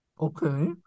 Okay